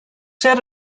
said